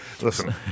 listen